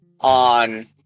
on